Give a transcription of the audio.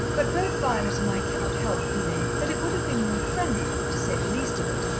but both violet and i cannot help feeling that it would have been more friendly, to say the least of it,